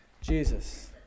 Jesus